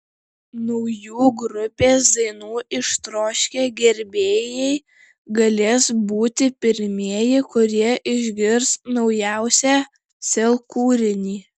naujų grupės dainų ištroškę gerbėjai galės būti pirmieji kurie išgirs naujausią sel kūrinį